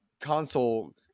console